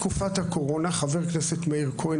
חבר הכנסת מאיר כהן,